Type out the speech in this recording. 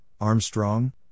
Armstrong